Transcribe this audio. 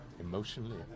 emotionally